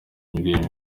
imirire